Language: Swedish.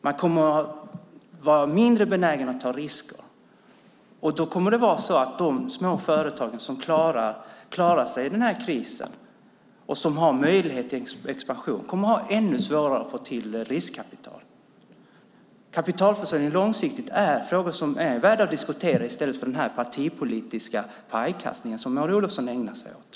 De kommer att vara mindre benägna att ta risker. Då kommer de små företag som klarar sig i denna kris och som har möjlighet till expansion att ha ännu svårare att få riskkapital. Frågor om långsiktig kapitalförsörjning är värda att diskutera i stället för den politiska pajkastning som Maud Olofsson ägnar sig åt.